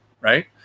right